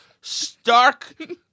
stark